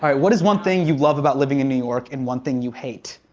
what is one thing you love about living in new york and one thing you hate?